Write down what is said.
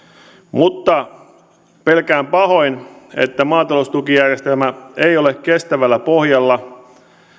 mutta pelkään pahoin että maataloustukijärjestelmä ei ole kestävällä pohjalla